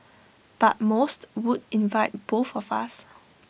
but most would invite both of us